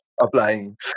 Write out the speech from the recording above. applying